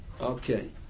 Okay